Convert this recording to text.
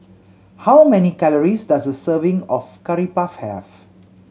how many calories does a serving of Curry Puff have